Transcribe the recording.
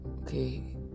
Okay